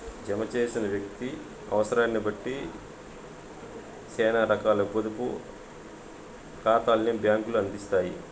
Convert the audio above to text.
జమ చేసిన వ్యక్తి అవుసరాన్నిబట్టి సేనా రకాల పొదుపు కాతాల్ని బ్యాంకులు అందిత్తాయి